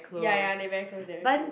ya ya they very close they very close